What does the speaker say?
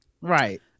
right